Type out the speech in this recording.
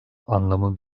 anlamı